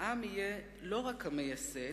העם יהיה לא רק המייסד,